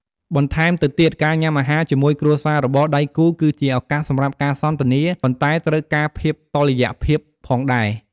បន្តែមទៅទៀតការញ៉ាំអាហារជាមួយគ្រួសាររបស់ដៃគូគឺជាឱកាសសម្រាប់ការសន្ទនា ប៉ុន្តែត្រូវការភាពតុល្យភាពផងដែរ។